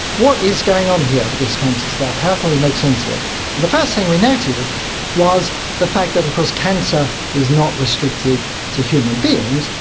what is going on here with this cancer stuff, how can we make sense of it? and the first thing we noted was the fact that of course cancer is not restricted to human beings,